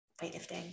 weightlifting